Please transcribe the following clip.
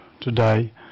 today